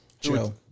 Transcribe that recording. Joe